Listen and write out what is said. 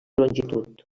longitud